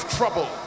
trouble